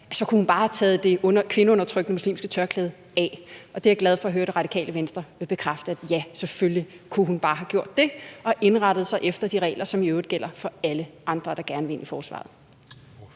– bare kunne have taget det kvindeundertrykkende muslimske tørklæde af. Det er jeg glad for at høre Det Radikale Venstre bekræfte: Ja, selvfølgelig kunne hun bare have gjort det og indrettet sig efter de regler, som i øvrigt gælder for alle andre, der gerne vil ind i forsvaret.